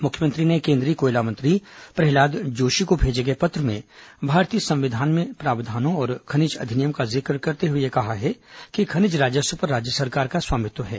मुख्यमंत्री ने केन्द्रीय कोयला मंत्री प्रहलाद जोशी को भेजे गये पत्र में भारतीय संविधान में प्रावधानों और खनिज अधिनियम का जिक्र करते हुए यह कहा है कि खनिज राजस्व पर राज्य सरकार का स्वामित्व है